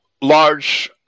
large